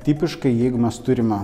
tipiškai jeigu mes turime